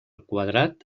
quadrat